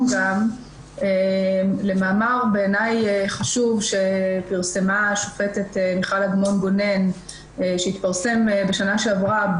גם למאמר חשוב בעיניי שפרסמה השופטת מיכל אגמון-גונן שהתפרסם בשנה שעברה,